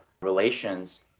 relations